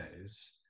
days